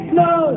no